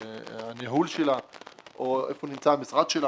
הניהול שלה או איפה נמצא המשרד שלה